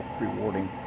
rewarding